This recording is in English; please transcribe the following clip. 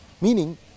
Meaning